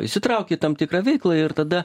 įsitrauki į tam tikrą veiklą ir tada